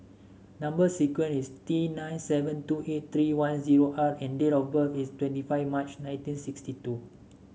number sequence is T nine seven two eight three one zero R and date of birth is twenty five March nineteen sixty two